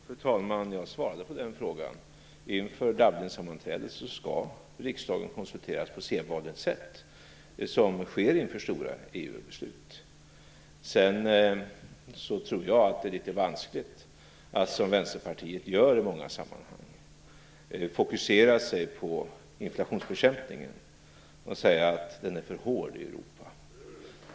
Fru talman! Jag svarade på den frågan. Inför Dublinsammanträdet skall riksdagen konsulteras på sedvanligt sätt, vilket sker inför stora EU-beslut. Jag tror att det är litet vanskligt att fokusera sig på inflationsbekämpningen, vilket Vänsterpartiet gör i många sammanhang, och säga att den är för hård i Europa.